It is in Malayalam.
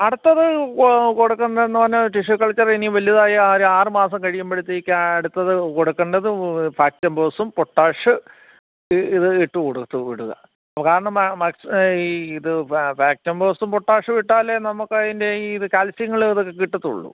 അടുത്തത് കൊ കൊടുക്കുന്നതെന്ന് പറഞ്ഞാൽ റ്റിഷ്യൂ കൾച്ചർ ഇനി വലുതായ ഒരു ആറ് മാസം കഴിയുമ്പഴത്തേക്കാണ് അടുത്തത് കൊടുക്കണ്ടത് ഫാക്റ്റം ഫോസും പൊട്ടാഷ് ഇത് ഇട്ടു കൊടുത്തു വിടുക കാരണം മാ മാക്സ് ഈ ഇത് ഫാക്റ്റം ഫോസും പൊട്ടാഷും ഇട്ടാലെ നമുക്ക് അതിന്റെ ഈ കാൽഷ്യങ്ങള് അതൊക്കെ കിട്ടത്തുള്ളൂ